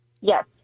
Yes